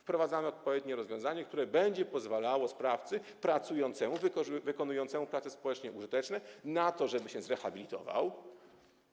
Wprowadzamy odpowiednie rozwiązanie, które będzie pozwalało sprawcy pracującemu, wykonującemu prace społecznie użyteczne na to, żeby się zrehabilitował